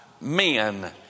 men